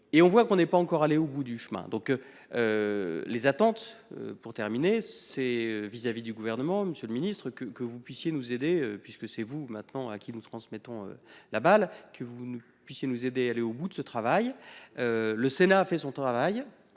et on voit qu'on n'est pas encore allé au bout du chemin, donc. Les attentes pour terminer ses vis-à-vis du gouvernement, Monsieur le Ministre que que vous puissiez nous aider puisque c'est vous maintenant à qui nous transmettons la balle que vous nous puis nous aider. Aller au bout de ce travail. Le Sénat a fait son travail.